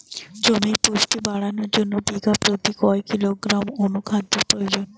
জমির পুষ্টি বাড়ানোর জন্য বিঘা প্রতি কয় কিলোগ্রাম অণু খাদ্যের প্রয়োজন?